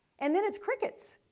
and then it's crickets.